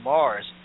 Mars